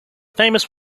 famous